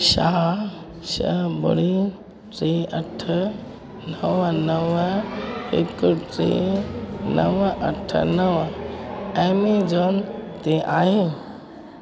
छा छह ॿुड़ी टे अठ नव नव हिकु टे नव अठ नव ऐमजॉन ते आहे